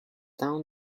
down